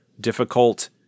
difficult